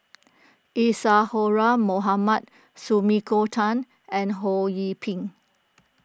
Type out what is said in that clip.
Isadhora Mohamed Sumiko Tan and Ho Yee Ping